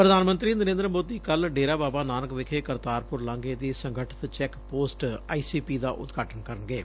ਪ੍ਰਧਾਨ ਮੰਤਰੀ ਨਰੇਂਦਰ ਮੋਦੀ ਕੱਲ੍ ਡੇਰਾ ਬਾਬਾ ਨਾਨਕ ਵਿਖੇ ਕਰਤਾਰਪੁਰ ਲਾਂਘੇ ਦੀ ਸੰਗਠਤ check post I C P ਦਾ ਉਦਘਾਟਨ ਕਰਨਗੇ